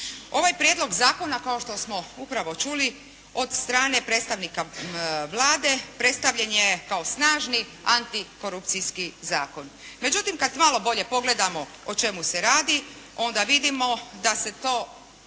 Ovaj prijedlog zakona kao što smo upravo čuli od strane predstavnika Vlade, predstavljen je kao snažni antikorupcijski zakon. Međutim kada malo bolje pogledamo o čemu se radi onda vidimo da se to